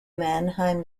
mannheim